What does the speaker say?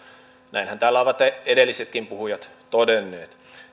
näinhän täällä ovat edellisetkin puhujat todenneet